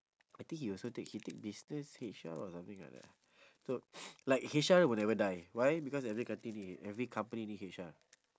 I think he also take he take business H_R or something like that so like H_R will never die why because every country need every company need H_R